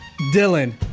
Dylan